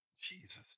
Jesus